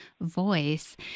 voice